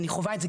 אני חווה את זה.